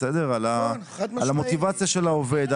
על המוטיבציה של העובד,